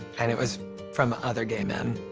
and it was from other gay men.